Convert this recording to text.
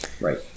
Right